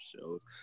shows